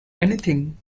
anything